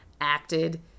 acted